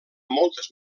moltes